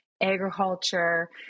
agriculture